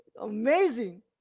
Amazing